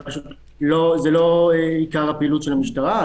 פשוט זה לא עיקר הפעילות של המשטרה.